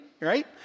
Right